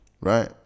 right